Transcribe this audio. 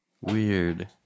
weird